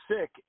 sick